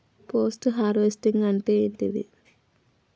Post harvesting అంటే ఏంటిది?